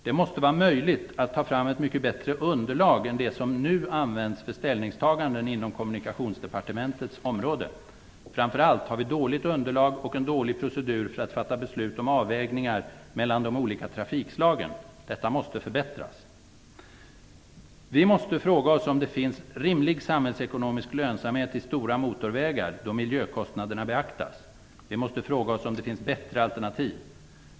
Det måste vara möjligt att ta fram ett mycket bättre underlag än det som nu används för ställningstaganden inom Kommunikationsdepartementets område. Framför allt har vi dåligt underlag och en dålig procedur för att fatta beslut om avvägningar mellan de olika trafikslagen. Detta måste förbättras. Vi måste fråga oss om det finns rimlig samhällsekonomisk lönsamhet i stora motorvägar då miljökostnaderna beaktas. Vi måste fråga oss om det finns bättre alternativ.